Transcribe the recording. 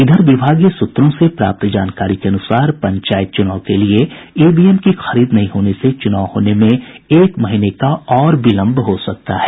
इधर विभागीय सूत्रों से प्राप्त जानकारी के अनुसार पंचायत चुनाव के लिए ईवीएम की खरीद नहीं होने से चुनाव होने में एक महीने का और विलंब हो सकता है